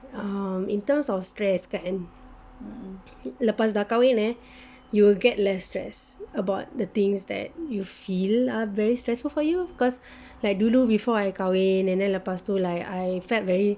um in terms of stress kan lepas kahwin eh you'll get less stress about the things that you feel are very stressful for you cause like you know before I kahwin and then lepas tu like I felt very